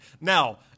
Now